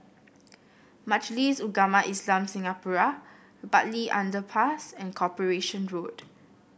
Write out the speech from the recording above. Majlis Ugama Islam Singapura Bartley Underpass and Corporation Road